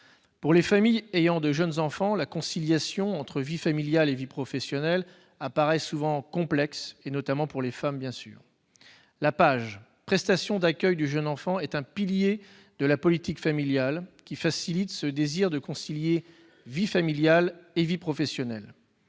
Pour les familles ayant de jeunes enfants, la conciliation entre vie familiale et vie professionnelle apparaît souvent complexe, notamment pour les femmes, bien sûr. La PAJE, la prestation d'accueil du jeune enfant, est un pilier de la politique familiale qui facilite le désir de concilier vie familiale et vie professionnelle.